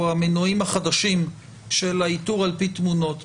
או המנועים החדשים של האיתור על פי תמונות,